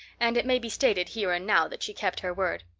and it may be stated here and now that she kept her word.